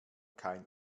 kein